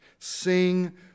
Sing